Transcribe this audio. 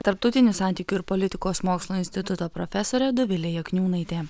tarptautinių santykių ir politikos mokslų instituto profesorė dovilė jakniūnaitė